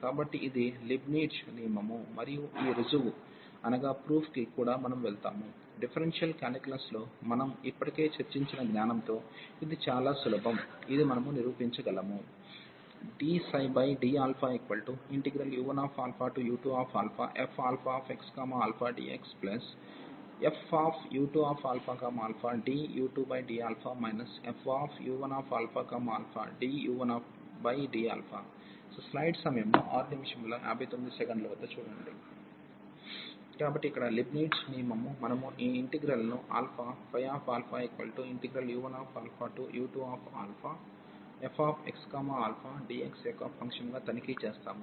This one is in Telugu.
కాబట్టి ఇది లీబ్నిట్జ్ నియమము మరియు ఈ ఋజువు కి కూడా మనము వెళ్తాము డిఫరెన్షియల్ కాలిక్యులస్ లో మనం ఇప్పటికే చర్చించిన జ్ఞానంతో ఇది చాలా సులభం ఇది మనము నిరూపించగలము ddu1u2fxαdxfu2ααdu2dα fu1ααdu1dα కాబట్టి ఇక్కడ లీబ్నిట్జ్ నియమము మనము ఈ ఇంటిగ్రల్ను ఆల్ఫా u1u2fxαdxయొక్క ఫంక్షన్ గా తనిఖీ చేస్తాము